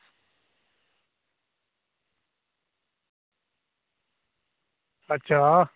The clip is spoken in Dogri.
अच्छा